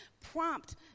Prompt